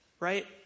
right